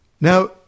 Now